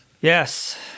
Yes